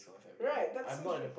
right that's so strange